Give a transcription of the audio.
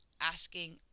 asking